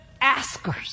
askers